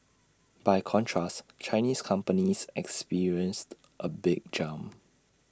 by contrast Chinese companies experienced A big jump